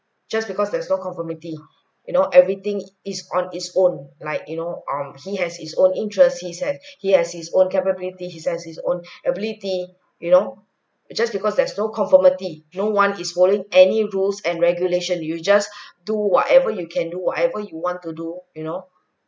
just because there's no conformity you know everything is on it's own like you know um he has his own interests he has he has his own capability he has his own ability you know just because there's no conformity no one is following any rules and regulation you just do whatever you can do whatever you want to do you know